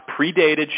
predated